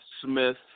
Smith